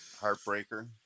Heartbreaker